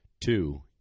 Two